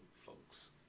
folks